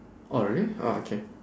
oh really oh okay